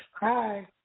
Hi